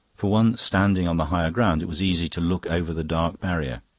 for one standing on the higher ground it was easy to look over the dark barrier.